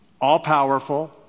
all-powerful